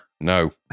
no